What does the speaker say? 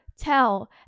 tell